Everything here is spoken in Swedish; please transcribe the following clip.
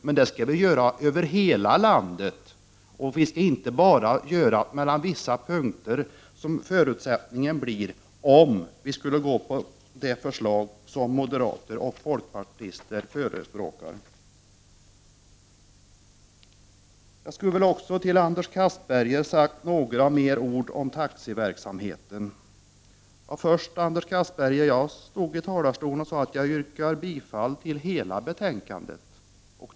Men det skall vi göra över hela landet och inte bara mellan vissa punkter, vilket följden blir om riksdagen skulle bifalla det förslag som moderater och folkpartister förespråkar. Jag skulle väl också till Anders Castberger ha sagt några fler ord om taxiverksamheten. Jag stod i talarstolen och sade att jag yrkar bifall till hemställan i betänkandet på alla punkter.